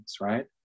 Right